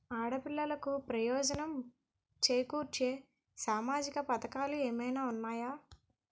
ఆడపిల్లలకు ప్రయోజనం చేకూర్చే సామాజిక పథకాలు ఏమైనా ఉన్నాయా?